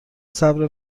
صبر